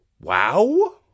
Wow